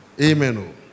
Amen